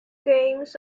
games